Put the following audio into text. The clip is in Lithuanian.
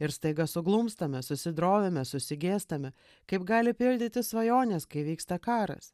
ir staiga suglumstame susidrovime susigėstame kaip gali pildytis svajonės kai vyksta karas